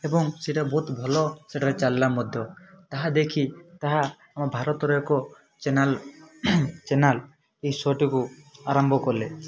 ଏବଂ ସେଇଟା ବହୁତ ଭଲ ସେଇଟାରେ ଚାଲିଲା ମଧ୍ୟ ତାହା ଦେଖି ତାହା ଆମ ଭାରତରେ ଏକ ଚ୍ୟାନେଲ୍ ଚ୍ୟାନେଲ୍ ଏଇ ଶୋଟିକୁ ଆରମ୍ଭ କଲେ